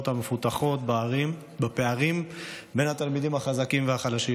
המפותחות בפערים בין התלמידים החזקים והחלשים,